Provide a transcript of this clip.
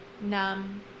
numb